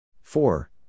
four